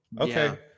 Okay